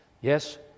Yes